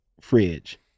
fridge